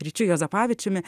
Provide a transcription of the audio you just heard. ryčiu juozapavičiumi